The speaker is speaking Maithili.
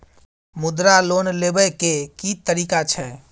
मुद्रा लोन लेबै के की तरीका छै?